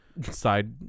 side